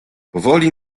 powoli